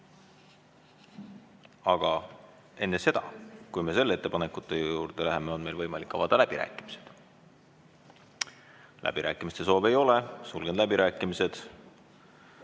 Aga enne seda, kui me selle ettepaneku juurde läheme, on meil võimalik avada läbirääkimised. Läbirääkimiste soovi ei ole, sulgen läbirääkimised.